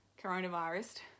coronavirus